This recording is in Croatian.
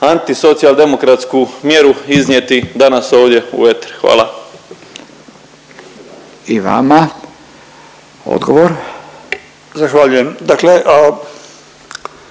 antisocijaldemokratsku mjeru iznijeti danas ovdje u eter. Hvala. **Radin, Furio (Nezavisni)** I vama.